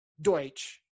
Deutsch